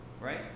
right